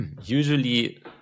usually